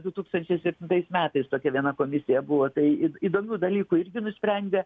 du tūkstančiai septintais metais tokia viena komisija buvo tai į įdomių dalykų irgi nusprendė